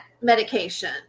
medication